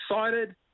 excited